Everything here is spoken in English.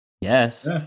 Yes